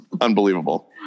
unbelievable